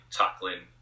tackling